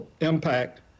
impact